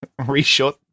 Reshoot